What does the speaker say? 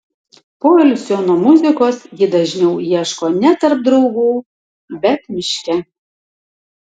poilsio nuo muzikos ji dažniau ieško ne tarp draugų bet miške